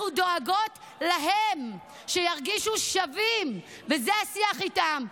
אנחנו דואגות להם שירגישו שווים, וזה השיח איתם.